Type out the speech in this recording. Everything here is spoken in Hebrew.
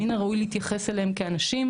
מן הראוי להתייחס אליהם כאנשים,